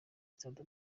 stade